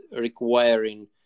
requiring